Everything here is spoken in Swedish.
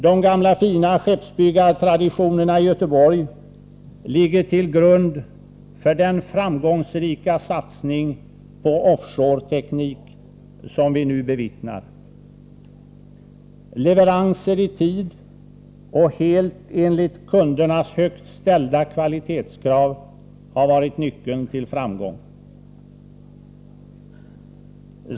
De gamla, fina skeppsbyggartradi = Nr 134 tionerna i Göteborg ligger till grund för den framgångsrika satsning på off shore-teknik som vi nu bevittnar. Leveranser i tid och helt enligt kundernas högt ställda kvalitetskrav har varit nyckeln till framgång.